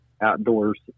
outdoors